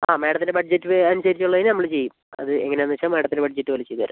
ആ മാഡത്തിൻ്റെ ബഡ്ജറ്റ് അനുസരിച്ച് ഉള്ളതിന് നമ്മൾ ചെയ്യും അത് എങ്ങനെ ആണെന്ന് വെച്ചാൽ മാഡത്തിൻ്റെ ബഡ്ജറ്റ് പോലെ ചെയ്ത് തരാം